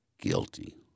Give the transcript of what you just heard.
guilty